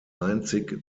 einzig